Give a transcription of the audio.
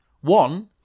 One